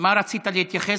למה רצית להתייחס,